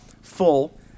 full